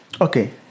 Okay